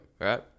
right